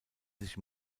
sich